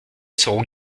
seront